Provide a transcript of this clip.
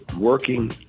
working